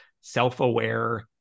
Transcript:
self-aware